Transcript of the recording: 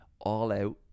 all-out